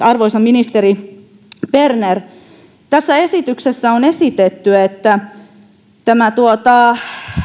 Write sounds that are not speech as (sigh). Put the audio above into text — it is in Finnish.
(unintelligible) arvoisa ministeri berner tässä esityksessä on esitetty että